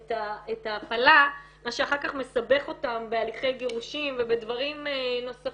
את ההפלה מה שאחר כך מסבך אותם בהליכי גירושין ובדברים נוספים,